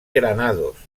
granados